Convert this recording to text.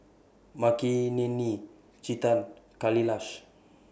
Makineni Chetan Kailash